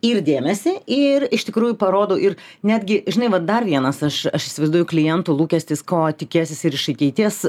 ir dėmesį ir iš tikrųjų parodau ir netgi žinai vat dar vienas aš aš įsivaizduoju klientų lūkestis ko tikėsis ir iš ateities